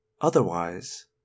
Otherwise